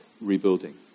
rebuilding